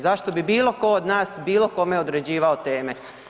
Zašto bi bilo tko od nas bilo kome određivao teme?